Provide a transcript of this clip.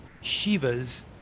Shiva's